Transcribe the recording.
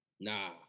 nah